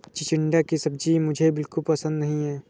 चिचिण्डा की सब्जी मुझे बिल्कुल पसंद नहीं है